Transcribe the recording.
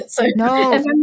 No